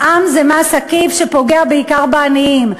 מע"מ זה מס עקיף שפוגע בעיקר בעניים.